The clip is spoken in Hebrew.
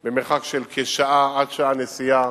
שדה משלים במרחק של כשעה, עד שעה נסיעה